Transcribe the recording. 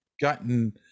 gotten